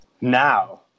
Now